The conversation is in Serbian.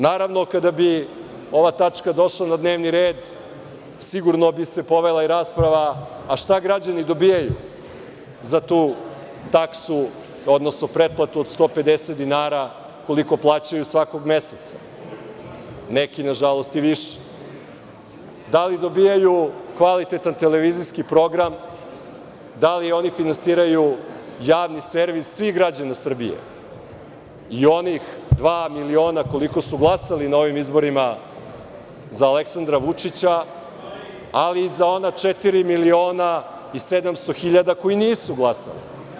Naravno, kada bi ova tačka došla na dnevni red sigurno bi se povela rasprava a šta građani dobijaju za tu taksu, odnosno pretplatu od 150 dinara, koliko plaćaju svakog meseca, neki, nažalost, i više, da li dobijaju kvaliteta televizijski program, da li oni finansiraju javni servis svih građana Srbije, i onih dva miliona, koliko su glasali na ovim izborima za Aleksandra Vučića, ali i za ona 4.700.000 koji nisu glasali?